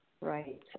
Right